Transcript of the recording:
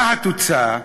מה התוצאה?